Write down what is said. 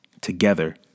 together